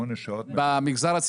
שמונה שעות ביום?